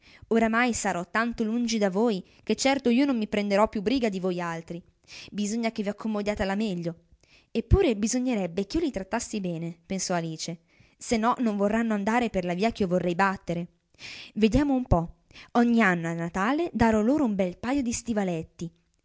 oramai sarò tanto lungi da voi che certo io non mi prenderò più briga di voi altri bisogna che vi accomodiate alla meglio eppure bisognerebbe ch'io li trattassi bene pensò alice se nò non vorranno andare per la via ch'io vorrei battere vediamo un po ogni anno a natale darò loro un bel pajo di stivaletti